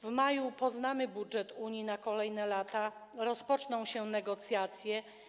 W maju poznamy budżet Unii na kolejne lata, rozpoczną się negocjacje.